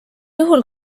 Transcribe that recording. juhul